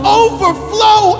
overflow